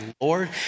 Lord